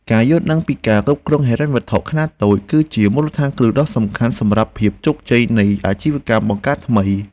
ការយល់ដឹងពីការគ្រប់គ្រងហិរញ្ញវត្ថុខ្នាតតូច គឺជាមូលដ្ឋានគ្រឹះដ៏សំខាន់សម្រាប់ភាពជោគជ័យនៃអាជីវកម្មបង្កើតថ្មី។